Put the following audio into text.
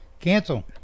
cancel